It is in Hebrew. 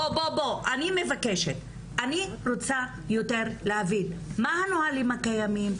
אני רוצה יותר להבין מה הנהלים הקיימים.